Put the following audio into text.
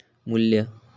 मू्ल्य